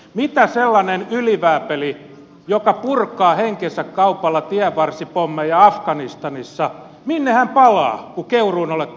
minne sellainen ylivääpeli joka purkaa henkensä kaupalla tienvarsipommeja afganistanissa palaa kun keuruun olette lakkauttaneet